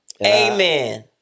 Amen